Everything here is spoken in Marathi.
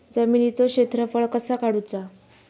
जमिनीचो क्षेत्रफळ कसा काढुचा?